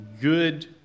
good